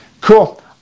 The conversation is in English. Cool